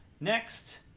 Next